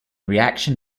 reaction